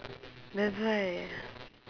that's why